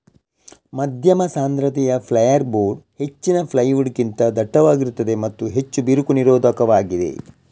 ಮಧ್ಯಮ ಸಾಂದ್ರತೆಯ ಫೈರ್ಬೋರ್ಡ್ ಹೆಚ್ಚಿನ ಪ್ಲೈವುಡ್ ಗಿಂತ ದಟ್ಟವಾಗಿರುತ್ತದೆ ಮತ್ತು ಹೆಚ್ಚು ಬಿರುಕು ನಿರೋಧಕವಾಗಿದೆ